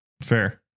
fair